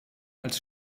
als